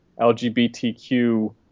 LGBTQ